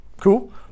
Cool